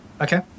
Okay